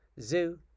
zoo